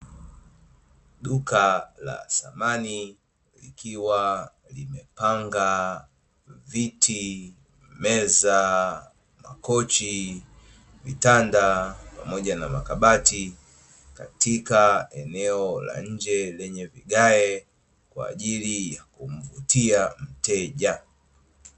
Duka la samani likiwa limepanga viti, meza, makochi, vitanda pamoja na makabati katika eneo la nje lenye vigae kwa ajili ya kumvutia mteja.